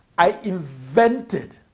i invented